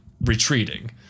retreating